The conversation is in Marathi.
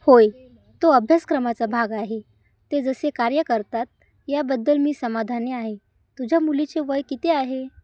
होय तो अभ्यासक्रमाचा भाग आहे ते जसे कार्य करतात याबद्दल मी समाधानी आहे तुझ्या मुलीचे वय किती आहे